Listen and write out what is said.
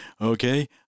Okay